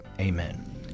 Amen